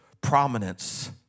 prominence